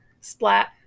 splat